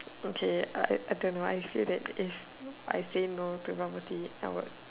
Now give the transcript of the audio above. okay I I don't know I say that if I say no bubble tea I would